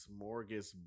smorgasbord